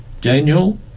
Daniel